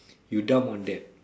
you dump on that